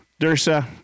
Dursa